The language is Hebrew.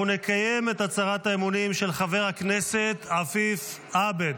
אנחנו נקיים את הצהרת האמונים של חבר הכנסת עפיף עבד.